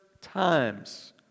times